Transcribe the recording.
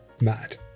mad